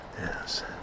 yes